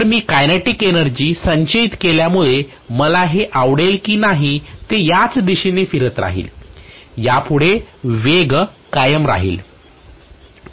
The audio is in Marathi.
तर मी कायनेटिक एनर्जी संचयित केल्यामुळे मला हे आवडेल की नाही ते त्याच दिशेने फिरत राहील यापुढे वेग कायम राहील